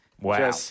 Wow